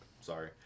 sorry